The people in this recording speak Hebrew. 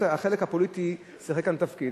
החלק הפוליטי שיחק כאן תפקיד.